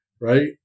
right